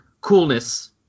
coolness